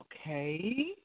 okay